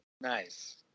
Nice